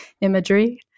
imagery